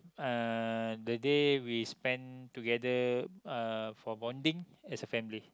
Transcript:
uh the day we spent together uh for bonding as a family